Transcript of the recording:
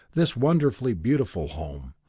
this wonderfully beautiful home,